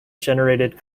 generated